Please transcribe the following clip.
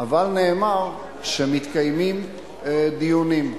אבל נאמר שמתקיימים דיונים.